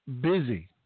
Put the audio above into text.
busy